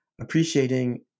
appreciating